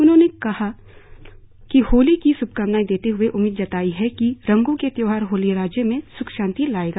उन्होंने लोगों को होली की श्भकामनाएं देते हए उम्मीद जताई है कि रंगो के त्योहार होली राज्य में सुख शांति लाएगा